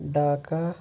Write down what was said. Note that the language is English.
Dhaka